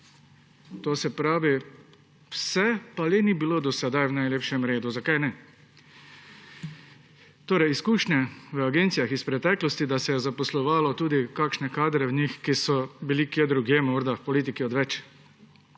bolj učinkovita. Vse pa le ni bilo do sedaj v najlepšem redu. Zakaj ne? Izkušnje v agencijah iz preteklosti, da se je zaposlovalo tudi kakšne kadre v njih, ki so bili kje drugje morda politiki odveč,